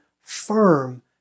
firm